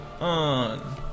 On